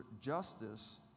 justice